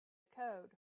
code